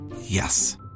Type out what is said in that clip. Yes